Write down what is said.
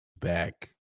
back